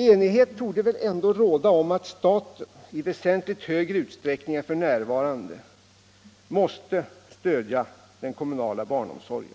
Enighet torde ändå råda om att staten i väsentligt större utsträckning än f. n. måste stödja den kommunala barnomsorgen.